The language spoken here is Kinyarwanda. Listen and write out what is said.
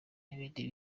n’ibindi